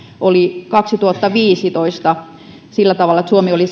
oli kaksituhattaviisitoista sillä tavalla että suomi oli